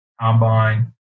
combine